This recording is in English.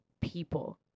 people